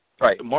right